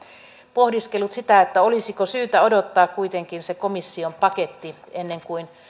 pohdiskellut sitä olisiko syytä odottaa kuitenkin se komission paketti ennen kuin